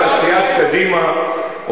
בסיעת קדימה,